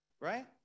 Right